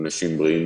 הערות לחברי הכנסת?